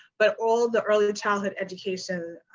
but all the early childhood education